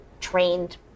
trained